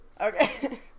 Okay